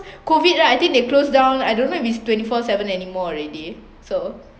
COVID right I think they close down I don't know if it's twenty-four seven anymore already so